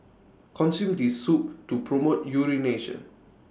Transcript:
consume this soup to promote urination